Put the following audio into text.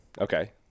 Okay